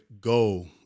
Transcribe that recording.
go